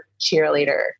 cheerleader